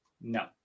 No